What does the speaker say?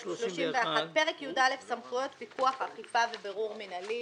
31, פרק י"א, סמכויות פיקוח, אכיפה ובירור מינהלי.